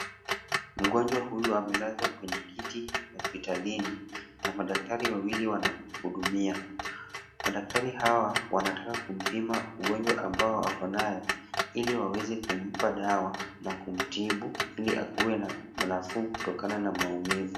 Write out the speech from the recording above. Mgonjwa huyu amelazwa kwenye kiti hospitalini na madaktari wawili wanamhudumia. Madaktari hawa wanataka kumpima ugonjwa ambao ako nayo ili waweze kumpa dawa na kumtibu ili akue na nafuu kutokana na maumivu.